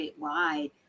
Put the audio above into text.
statewide